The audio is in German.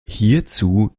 hierzu